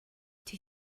did